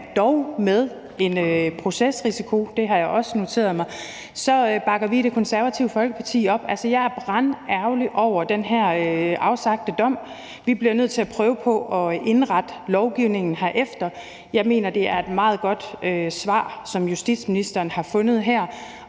dog med en procesrisiko – det har jeg også noteret mig – så bakker vi i Det Konservative Folkeparti op. Jeg er brandærgerlig over den her afsagte dom. Vi bliver nødt til at prøve på at indrette lovgivningen herefter. Jeg mener, det er et meget godt svar, justitsministeren har fundet her,